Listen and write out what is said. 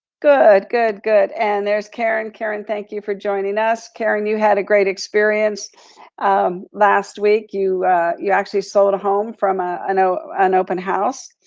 good, good, good. and there's karen. karen, thank you for joining us. karen, you had a great experience last week you you actually sold a home from ah an ah an open house.